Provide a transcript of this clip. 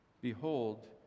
Behold